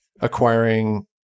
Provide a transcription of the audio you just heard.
acquiring